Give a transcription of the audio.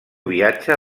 viatge